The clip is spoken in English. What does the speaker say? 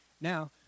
Now